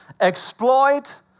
exploit